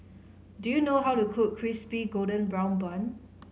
do you know how to cook Crispy Golden Brown Bun